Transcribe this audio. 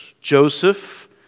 Joseph